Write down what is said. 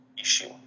issue